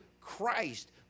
Christ